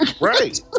Right